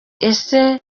ese